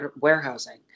warehousing